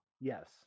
Yes